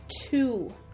Two